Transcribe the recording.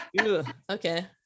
Okay